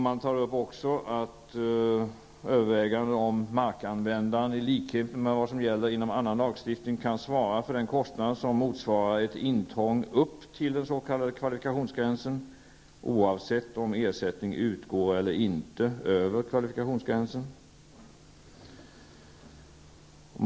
Man tar också upp ett övervägande om att markanvändning, i likhet med vad som gäller inom annan lagstiftning, kan svara för den kostnad som motsvarar ett intrång upp till den s.k. kvalifikationsgränsen, oavsett om ersättning över kvalifikationsgränsen utgår eller inte.